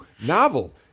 novel